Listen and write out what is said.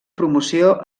promoció